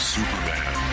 Superman